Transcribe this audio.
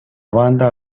banda